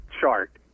chart